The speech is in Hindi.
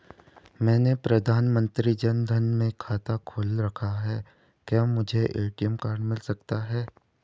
मैंने प्रधानमंत्री जन धन में खाता खोल रखा है क्या मुझे ए.टी.एम कार्ड मिल सकता है?